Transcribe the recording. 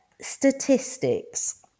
statistics